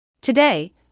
Today